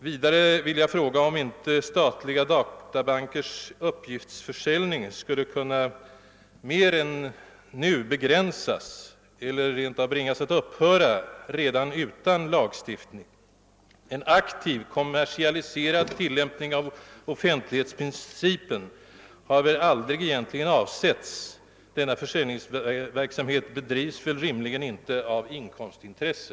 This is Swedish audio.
Vidare vill jag fråga om inte statliga databankers uppgiftsförsäljning skulle kunna begränsas mer än nu eller rent av bringas att upphöra redan nu utan lagstiftning? En aktiv, kommersialiserad tillämpning av offentlighetsprincipen har väl egentligen aldrig avsetts. Denna försäljningsverksamhet bedrivs väl rimligen inte av inkomstintresse?